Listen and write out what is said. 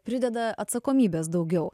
prideda atsakomybės daugiau